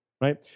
right